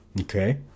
okay